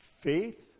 faith